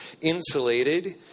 insulated